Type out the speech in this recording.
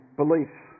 beliefs